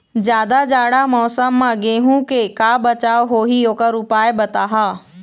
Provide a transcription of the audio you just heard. जादा जाड़ा मौसम म गेहूं के का बचाव होही ओकर उपाय बताहा?